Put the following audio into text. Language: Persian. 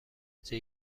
درجه